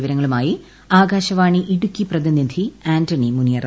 വിശദാംശങ്ങളുമായി ആകാശവാണി ഇടുക്കി പ്രതിനിധി ആന്റണി മുനിയറ